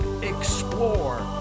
explore